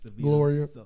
Gloria